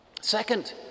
Second